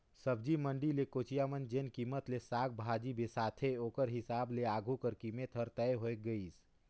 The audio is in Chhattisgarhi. सब्जी मंडी ले कोचिया मन जेन कीमेत ले साग भाजी बिसाथे ओकर हिसाब ले आघु कर कीमेत हर तय होए गइस